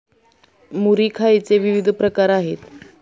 मुरी खायचे विविध प्रकार आहेत